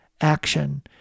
action